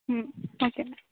okay